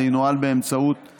וזה ינוהל מרחוק.